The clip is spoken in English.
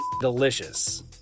delicious